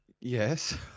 Yes